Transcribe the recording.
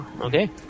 Okay